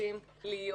רוצים להיות.